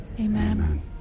Amen